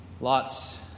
Lots